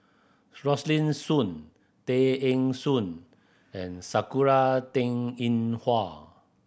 Rosaline Soon Tay Eng Soon and Sakura Teng Ying Hua